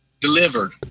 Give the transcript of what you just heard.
delivered